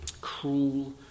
cruel